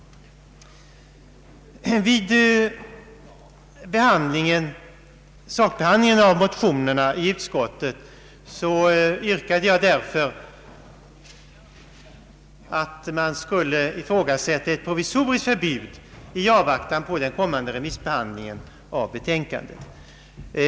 Vid sakbehandlingen av motionerna i utskottet yrkade jag därför att man skulle ifrågasätta ett provisoriskt förbud i avvaktan på den kommande remissbehandlingen av betänkandet.